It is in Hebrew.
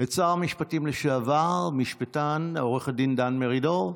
את שר המשפטים לשעבר, משפטן, עו"ד דן מרידור,